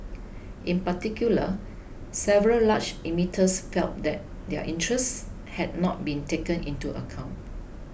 in particular several large emitters felt that their interests had not been taken into account